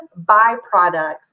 byproducts